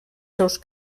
seus